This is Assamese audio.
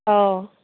অঁ